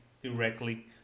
directly